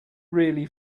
really